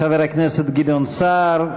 חבר הכנסת גדעון סער.